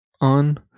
on